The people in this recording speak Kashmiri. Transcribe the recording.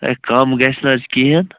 ہے کَم گژھِ نہٕ حظ کِہیٖنٛۍ